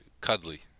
cuddly